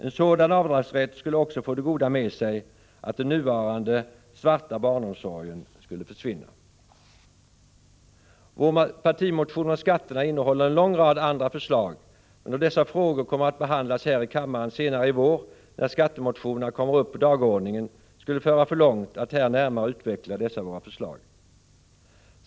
En sådan avdragsrätt skulle också få det goda med sig att den nuvarande ”svarta” barnomsorgen skulle försvinna. Vår partimotion om skatterna innehåller en lång rad andra förslag, men då dessa frågor kommer att behandlas här i kammaren senare i vår när skattemotionerna kommer upp på dagordningen, skulle det föra för långt att här närmare utveckla dessa våra förslag.